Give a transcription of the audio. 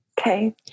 Okay